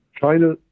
China